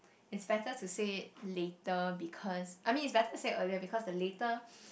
it's better to say it later because I mean it's better to say earlier because the later